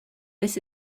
this